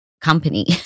company